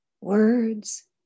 words